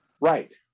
right